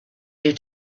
you